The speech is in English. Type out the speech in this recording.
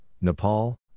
Nepal